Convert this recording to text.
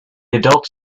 adults